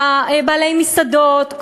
בעלי מסעדות.